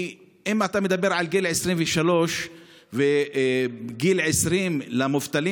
כי אם אתה מדבר על גיל 23 וגיל 20 למובטלים,